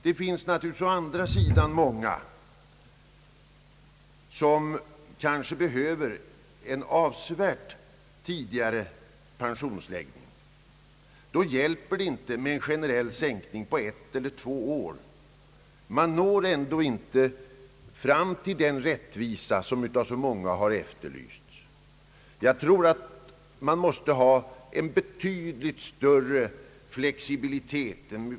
Å andra sidan finns det naturligtvis många som kanske behöver en avsevärt tidigare pensionering. Då hjälper det inte med en generell sänkning på ett eller två år. Man når ändå inte fram till den rättvisa som har efterlysts av så många. Jag tror att man måste sträva efter en betydligt större flexibilitet.